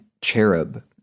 cherub